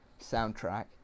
soundtrack